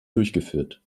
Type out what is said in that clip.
durchgeführt